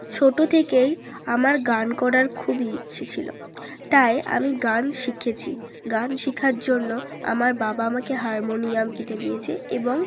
ছোটো থেকেই আমার গান করার খুবই ইচ্ছে ছিলো তাই আমি গান শিখেছি গান শেখার জন্য আমার বাবা আমাকে হারমোনিয়াম কিনে দিয়েছে এবং